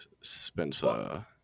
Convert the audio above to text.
Spencer